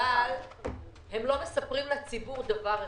הם לא מספרים לציבור דבר אחד,